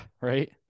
right